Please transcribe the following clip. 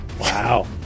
wow